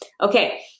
Okay